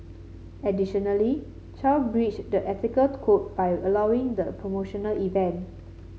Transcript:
additionally Chow breached the ethical code by allowing the promotional event